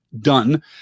done